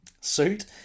suit